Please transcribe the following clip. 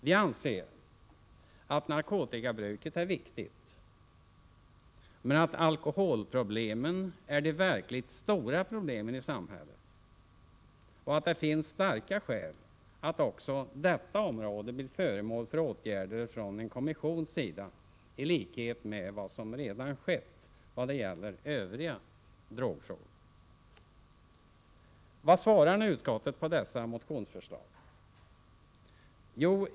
Vi anser att narkotikaområdet är viktigt men att alkoholproblemen är de verkligt stora problemen i samhället och att det finns starka skäl att också detta område blir föremål för åtgärder från en kommissions sida i likhet med vad som redan skett i vad gäller övriga droger. Vad säger nu utskottet om dessa motionsförslag?